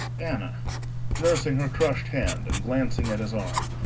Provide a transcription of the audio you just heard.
anna nursing her crushed hand and glancing at his arm,